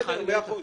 מאה אחוז.